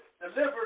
delivered